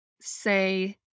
say